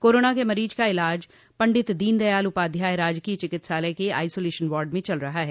corona के मरीज का इलाज पंडित दीनदयाल उपाध्याय राजकीय चिकित्सालय के आइसोलेशन वार्ड में चल रहा है